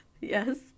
Yes